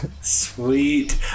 Sweet